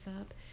up